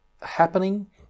happening